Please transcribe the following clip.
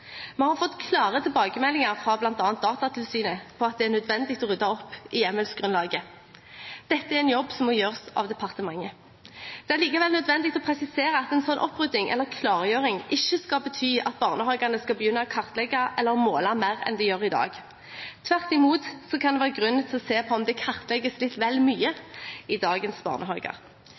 Vi har fått klare tilbakemeldinger fra bl.a. Datatilsynet om at det er nødvendig å rydde opp i hjemmelsgrunnlaget. Dette er en jobb som må gjøres av departementet. Det er likevel nødvendig å presisere at en slik opprydding, eller klargjøring, ikke skal bety at barnehagene skal begynne å kartlegge eller måle mer enn de gjør i dag. Tvert imot kan det være grunn til å se på om de kartlegges litt vel mye i dagens barnehager.